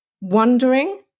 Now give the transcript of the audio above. wondering